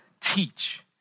teach